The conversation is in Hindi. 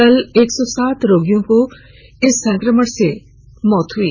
कल एक सौ सात रोगियों की इस संक्रमण से मौत हुई